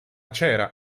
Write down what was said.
cera